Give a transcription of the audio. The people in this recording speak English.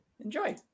enjoy